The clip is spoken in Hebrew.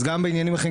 גם בעניינים אחרים,